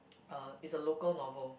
uh it's a local novel